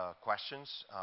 questions